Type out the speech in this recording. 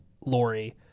Lori